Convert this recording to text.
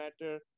matter